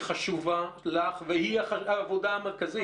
והיא העבודה המרכזית.